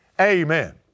Amen